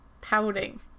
pouting